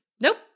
Nope